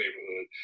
neighborhood